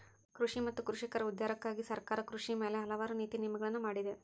ಕೃಷಿ ಮತ್ತ ಕೃಷಿಕರ ಉದ್ಧಾರಕ್ಕಾಗಿ ಸರ್ಕಾರ ಕೃಷಿ ಮ್ಯಾಲ ಹಲವಾರು ನೇತಿ ನಿಯಮಗಳನ್ನಾ ಮಾಡಿದೆ